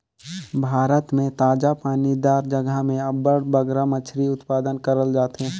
भारत में ताजा पानी दार जगहा में अब्बड़ बगरा मछरी उत्पादन करल जाथे